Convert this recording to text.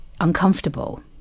uncomfortable